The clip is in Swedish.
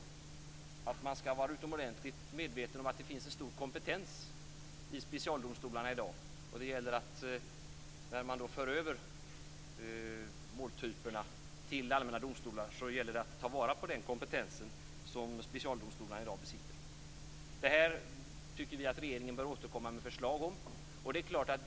Man skall vara medveten om att det finns en stor kompetens vid specialdomstolarna i dag. När man då för över måltypen till andra domstolar gäller det att ta till vara den kompetens som specialdomstolarna i dag besitter. Vi tycker att regeringen bör återkomma med förslag om detta.